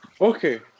okay